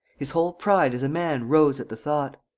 his whole pride as a man rose at the thought.